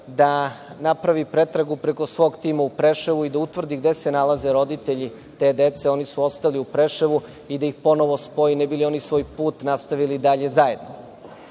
da napravi pretragu preko svog tima u Preševu i da utvrdi gde se nalaze roditelji te dece, oni su ostali u Preševu, i da ih ponovo spoji, ne bi li oni svoj put nastavili dalje zajedno. Pre